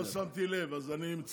לא שמתי לב, אז אני מצטער.